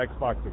Xbox